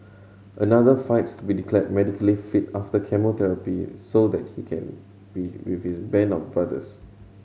another fights to be declared medically fit after chemotherapy so that he can be with his band of brothers